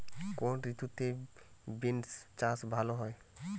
কোন ঋতুতে বিন্স চাষ ভালো হয়?